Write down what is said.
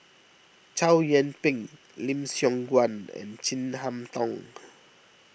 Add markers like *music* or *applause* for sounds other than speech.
Chow Yian Ping Lim Siong Guan and Chin Harn Tong *noise*